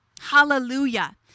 Hallelujah